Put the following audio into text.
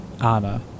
Anna